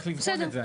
צריך לבחון את זה.